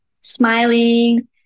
smiling